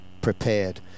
prepared